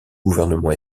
gouvernement